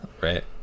right